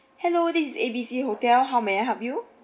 hello this is A B C hotel how may I help you